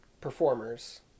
performers